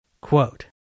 Quote